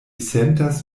sentas